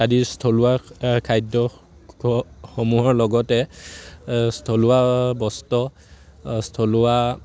আদিৰ থলুৱা খাদ্য সমূহৰ লগতে থলুৱা বস্ত্ৰ থলুৱা